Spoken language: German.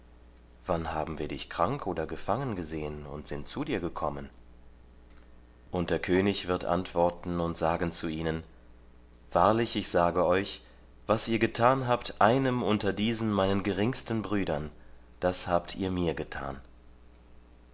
wann haben wir dich krank oder gefangen gesehen und sind zu dir gekommen und der könig wird antworten und sagen zu ihnen wahrlich ich sage euch was ihr getan habt einem unter diesen meinen geringsten brüdern das habt ihr mir getan